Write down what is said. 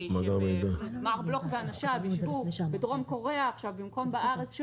שמר בלוך ואנשיו ישבו בדרום קוריאה עכשיו במקום בארץ,